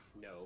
No